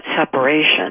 separation